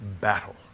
battle